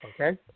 Okay